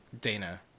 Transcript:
Dana